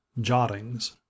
Jottings